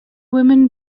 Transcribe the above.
women